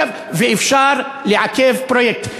אפשר לעכב פרויקט.